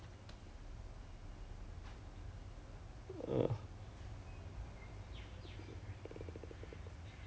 then even briefing and all that ah like showing for equipment breifing 也是 err have to specifically stand at those sticker spot